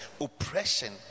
Oppression